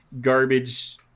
garbage